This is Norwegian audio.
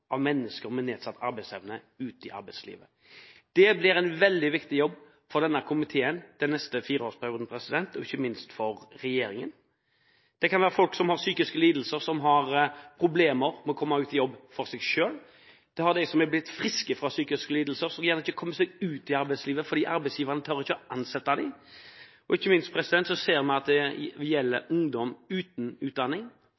mennesker med nedsatt arbeidsevne ute i arbeidslivet. Dette blir en veldig viktig jobb for denne komiteen den neste fireårsperioden, og ikke minst for regjeringen. Det kan være folk som har psykiske lidelser, som har problemer med å komme seg ut i jobb. Vi har dem som har blitt friske fra psykiske lidelser, som ikke kommer seg ut i arbeidslivet fordi arbeidsgiveren ikke tør å ansette dem. Og ikke minst ser vi at det